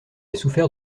souffert